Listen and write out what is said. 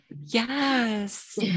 Yes